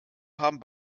haben